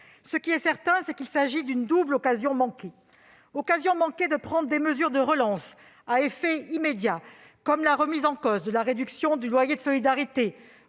Ce qui est certain, c'est qu'il s'agit d'une double occasion manquée. Occasion manquée de prendre des mesures de relance à effet immédiat, comme la remise en cause de la réduction de loyer de solidarité,